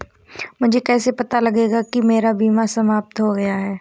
मुझे कैसे पता चलेगा कि मेरा बीमा समाप्त हो गया है?